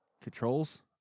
Controls